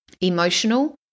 emotional